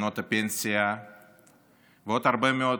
קרנות הפנסיה ועוד הרבה מאוד